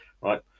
right